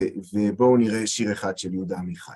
ובואו נראה שיר אחד של יהודה עמיחי